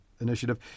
Initiative